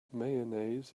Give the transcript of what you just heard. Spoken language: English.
mayonnaise